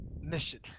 Mission